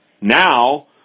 Now